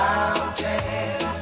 Mountain